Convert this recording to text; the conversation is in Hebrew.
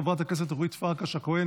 חברת הכנסת אורית פרקש הכהן,